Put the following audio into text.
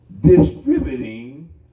distributing